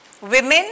Women